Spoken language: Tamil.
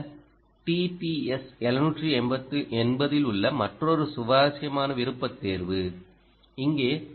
இந்த டிபிஎஸ் 780 ல் உள்ள மற்றொரு சுவாரஸ்யமான விருப்பத் தேர்வு இங்கே